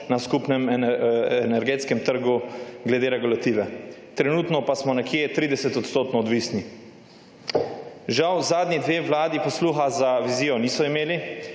na skupnem energetskem trgu glede regulative. Trenutno smo nekje 30- odstotno odvisni. Žal zadnji dve vladi nista imeli